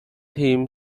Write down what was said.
team